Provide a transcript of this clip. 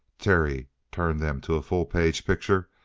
terry turned them to a full page picture,